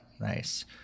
Nice